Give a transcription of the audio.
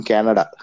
Canada